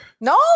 No